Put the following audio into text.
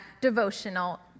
devotional